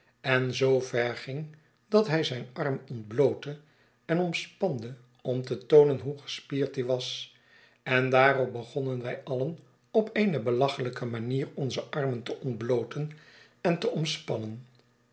en zoo ver ging dat hij zijn arm ontblootte en omspande om te toonen hoe gespierd die was en daarop begonnen wij alien op eene belachelijke manier onze armen te ontblooten en te omspannen